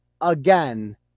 again